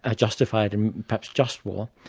ah justified in perhaps just war,